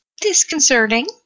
disconcerting